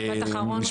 משפט אחרון.